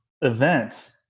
event